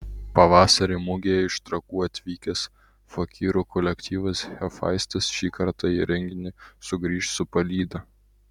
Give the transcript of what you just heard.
pavasarį mugėje iš trakų atvykęs fakyrų kolektyvas hefaistas šį kartą į renginį sugrįš su palyda